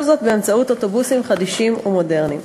כל זאת באמצעות אוטובוסים חדישים ומודרניים.